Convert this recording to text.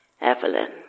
Evelyn